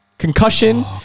Concussion